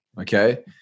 Okay